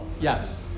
Yes